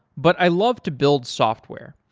but i love to build software.